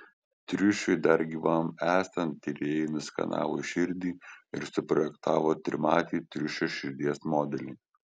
triušiui dar gyvam esant tyrėjai nuskenavo širdį ir suprojektavo trimatį triušio širdies modelį